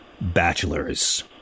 bachelors